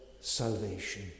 salvation